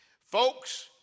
folks